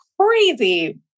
crazy